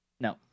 No